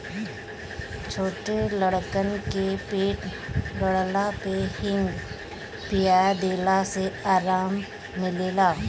छोट लइकन के पेट गड़ला पे हिंग पिया देला से आराम मिलेला